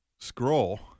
scroll